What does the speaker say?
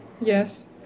Yes